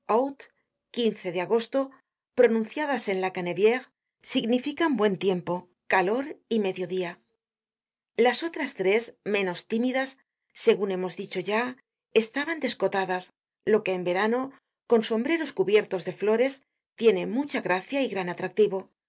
palabras quinze aout quince de agosto pronunciadas en la cannebiére significan buen tiempo calor y medio dia las otras tres menos tímidas segun hemos dicho ya estaban descoladas lo que en el verano con sombreros cubiertos de flores tiene mucha gracia y gran atractivo